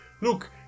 look